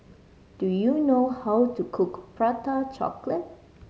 do you know how to cook Prata Chocolate